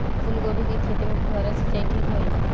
फूल गोभी के खेती में फुहारा सिंचाई ठीक होई?